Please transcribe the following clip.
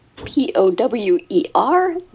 P-O-W-E-R